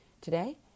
today